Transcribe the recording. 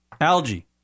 Algae